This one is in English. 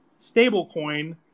stablecoin